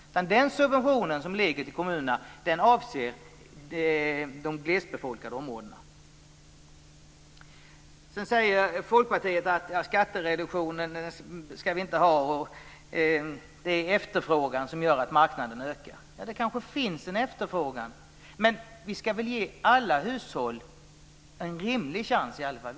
Subventionen till kommunerna avser de glesbefolkade områdena. Sedan säger Folkpartiet att vi inte ska ha skattereduktionen. Det är efterfrågan som gör att marknaden ökar. Det kanske finns en efterfrågan, men vi ska väl ge alla hushåll en rimlig chans i alla fall.